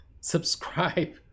subscribe